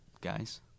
guys